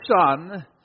son